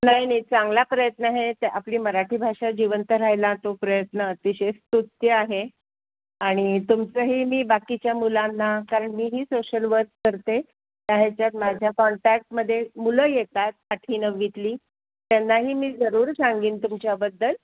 नाही नाही चांगला प्रयत्न आहे त्या आपली मराठी भाषा जिवंत राहायला तो प्रयत्न अतिशय स्तुत्य आहे आणि तुमचंही मी बाकीच्या मुलांना कारण मीही सोशल वर्क करते त्या ह्याच्यात माझ्या कॉन्टॅक्टमध्ये मुलं येतात आठवी नववीतली त्यांनाही मी जरूर सांगेन तुमच्याबद्दल